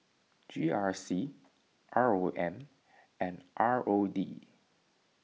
G R C R O M and R O D